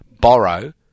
borrow